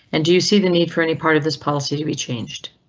and you see the need for any part of this policy to be changed.